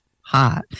hot